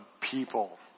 people